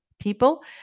people